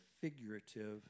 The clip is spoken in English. figurative